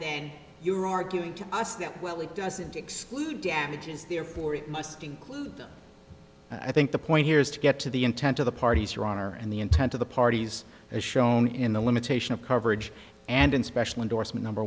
than you're arguing to us that well it doesn't exclude damages therefore it must include them i think the point here is to get to the intent of the parties your honor and the intent of the parties as shown in the limitation of coverage and in special endorsement number